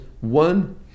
one